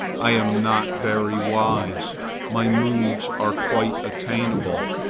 i am not very wise my moods are quite attainable,